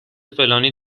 فلانی